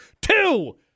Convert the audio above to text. Two